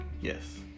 Yes